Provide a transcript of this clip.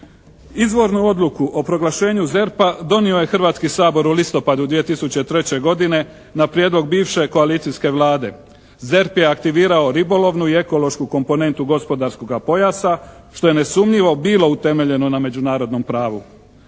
Izvornu odluku o proglašenju ZERP-a donio je Hrvatski sabor u listopadu 2003. godine na prijedlog bivše koalicijske Vlade. ZERP je aktivirao ribolovnu i ekološku komponentu gospodarskoga pojasa što je nesumnjivo bilo utemeljeno na međunarodnom pravu.